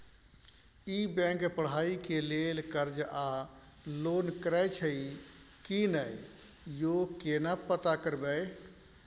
ई bank पढ़ाई के लेल कर्ज आ लोन करैछई की नय, यो केना पता करबै?